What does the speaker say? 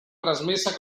trasmessa